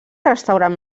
restaurant